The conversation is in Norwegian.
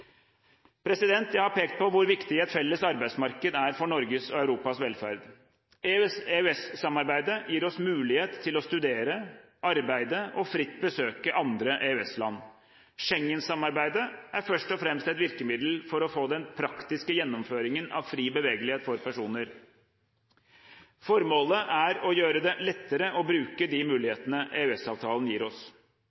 Jeg har pekt på hvor viktig et felles arbeidsmarked er for Norges og Europas velferd. EØS-samarbeidet gir oss mulighet til å studere, arbeide og fritt besøke andre EØS-land. Schengen-samarbeidet er først og fremst et virkemiddel for den praktiske gjennomføringen av fri bevegelighet for personer. Formålet er å gjøre det lettere å bruke de